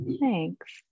thanks